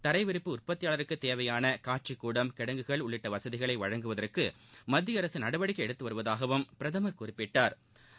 தரைவிரிப்புகள் உற்பத்தியாளருக்கு தேவையான காட்சிக்கூடம் கிடங்குகள் உள்ளிட்ட வசதிகளை வழங்குவதற்கு மத்திய அரசு நடவடிக்கை எடுத்து வருவதாகவும் பிரதமா் குறிப்பிட்டாா்